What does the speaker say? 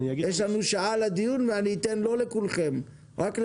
יש לנו שעה לדיון ואני אתן לא לכולכם, רק לחלקכם.